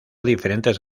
diferentes